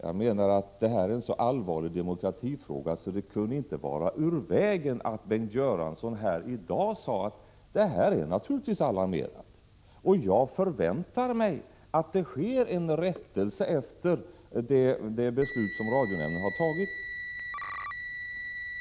Jag anser att detta är en så allvarlig demokratisk fråga att det inte kunde vara ur vägen om Bengt Göransson i dag sade: Det är naturligtvis alarmerande. Jag förväntar mig att det sker en rättelse efter det beslut radionämnden tagit.